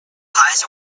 highest